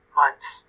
months